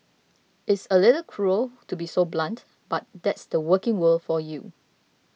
it's a little cruel to be so blunt but that's the working world for you